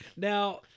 Now